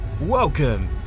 welcome